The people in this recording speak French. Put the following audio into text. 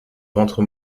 ventre